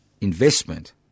investment